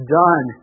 done